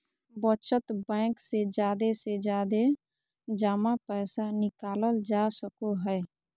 बचत बैंक से जादे से जादे जमा पैसा निकालल जा सको हय